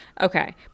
Okay